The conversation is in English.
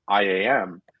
iam